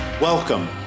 Welcome